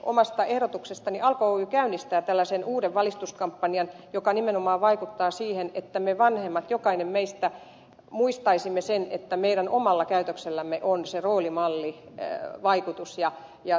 omasta ehdotuksestani alko oy käynnistää tällaisen uuden valistuskampanjan joka nimenomaan vaikuttaa siihen että me vanhemmat jokainen meistä muistaisimme sen että meidän omalla käytöksellämme on se roolimallivaikutus